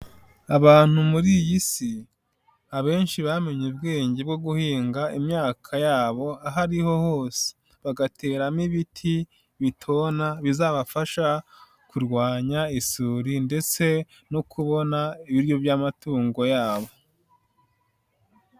Abantu muri iyi si, abenshi bamenye ubwenge bwo guhinga imyaka yabo aho ari ho hose, bagateramo ibiti bitona bizabafasha kurwanya isuri ndetse no kubona ibiryo by'amatungo yabo.